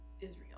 Israel